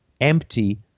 empty